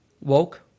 woke